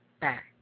back